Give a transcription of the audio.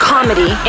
Comedy